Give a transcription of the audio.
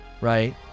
right